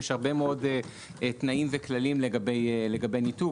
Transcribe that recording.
יש הרבה מאוד תנאים וכללים לגבי ניתוק.